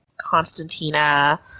Constantina